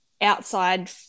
outside